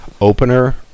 opener